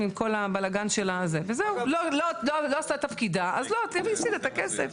לא עשיתם כבר?